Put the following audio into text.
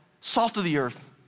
salt-of-the-earth